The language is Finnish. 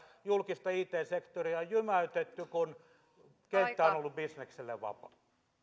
julkista it sektoria on jymäytetty kun kenttä on ollut bisnekselle vapaa